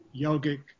yogic